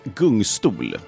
gungstol